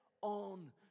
on